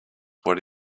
what